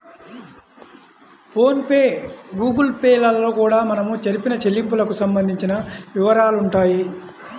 phone pay Google Pay లలో కూడా మనం జరిపిన చెల్లింపులకు సంబంధించిన వివరాలుంటాయి